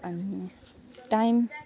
अनि टाइम